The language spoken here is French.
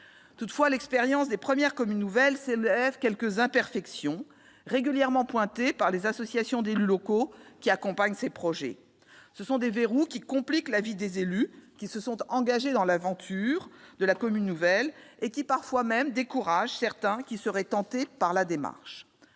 Toutefois, l'expérience des premières communes nouvelles a révélé quelques imperfections, régulièrement pointées par les associations d'élus locaux qui accompagnent ces projets. Des verrous compliquent la vie des élus qui se sont engagés dans l'aventure de la commune nouvelle et découragent parfois certains autres qui seraient pourtant tentés par la démarche.